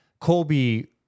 Colby